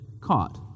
caught